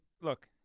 look